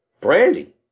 Brandy